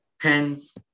pens